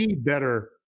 better